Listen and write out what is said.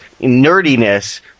nerdiness